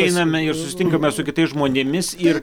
einame ir susitinkame su kitais žmonėmis ir